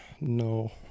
no